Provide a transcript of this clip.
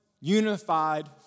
unified